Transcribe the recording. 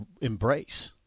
embrace